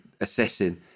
assessing